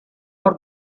more